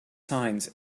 science